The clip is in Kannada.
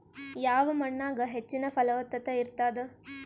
ಯಾವ ಮಣ್ಣಾಗ ಹೆಚ್ಚಿನ ಫಲವತ್ತತ ಇರತ್ತಾದ?